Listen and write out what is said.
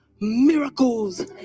miracles